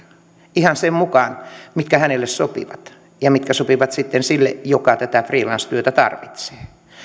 ihan sen mukaan mikä hänelle sopii ja mikä sopii sitten sille joka tätä freelance työtä tarvitsee